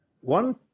One